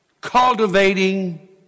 Cultivating